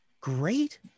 Great